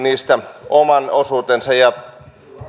niistä oman osuutensa ja